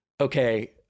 okay